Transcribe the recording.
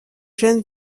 jeunes